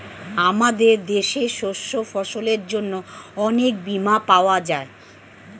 আমাদের দেশে শস্য ফসলের জন্য অনেক বীমা পাওয়া যায়